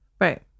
Right